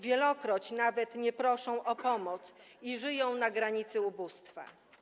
Wielokroć nawet nie proszą oni o pomoc i żyją na granicy ubóstwa.